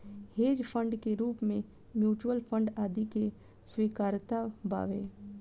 hedge fund के रूप में म्यूच्यूअल फंड आदि के स्वीकार्यता बावे